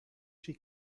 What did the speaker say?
she